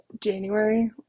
January